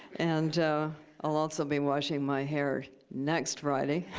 and i'll also be washing my hair next friday.